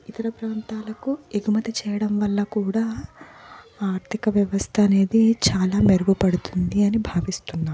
ఇతర ప్రాంతాలకు ఎగుమతి చేయడం వల్ల కూడా ఆర్థిక వ్యవస్థ అనేది చాలా మెరుగుపడుతుంది అని భావిస్తున్నాను